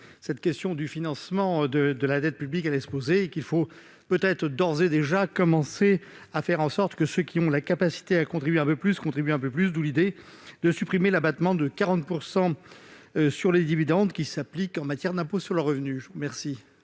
cette question du financement de la dette publique allait se poser. Il faut donc peut-être d'ores et déjà commencer à faire en sorte que ceux qui ont la capacité de contribuer un peu plus contribuent un peu plus. D'où l'idée de supprimer l'abattement de 40 % qui s'applique aux dividendes pour le calcul de l'impôt sur le revenu. La